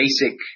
basic